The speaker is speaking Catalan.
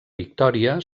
victòria